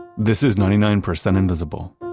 this is ninety nine percent invisible.